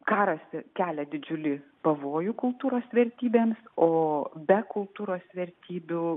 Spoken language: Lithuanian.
karas kelia didžiulį pavojų kultūros vertybėms o be kultūros vertybių